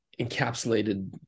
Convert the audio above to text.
encapsulated